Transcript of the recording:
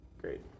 Great